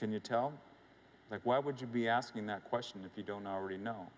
can you tell why would you be asking that question if you don't already know